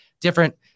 Different